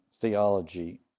theology